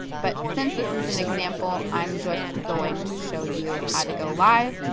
but since this is an example i'm just going to show you how to go live.